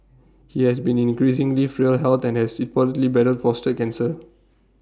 he has been in increasingly frail health and has reportedly battled prostate cancer